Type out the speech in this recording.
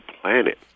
planet